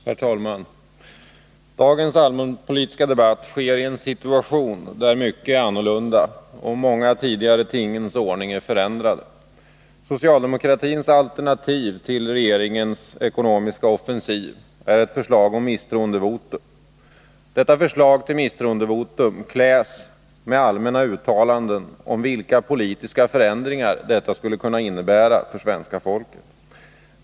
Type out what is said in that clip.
Nr 8 Herr talman! Dagens allmänpolitiska debatt äger rum i en situation där Onsdagen den mycket är annorlunda och många av tingens tidigare ordning är föränd 15 oktober 1980 rade. Socialdemokratins alternativ till regeringens ekonomiska offensiv är ett Allmänpolitisk förslag om misstroendevotum. Detta förslag kläs med allmänna uttalanden — debatt om vilka politiska förändringar en misstroendeförklaring skulle kunna innebära för svenska folket.